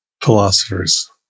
philosophers